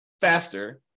faster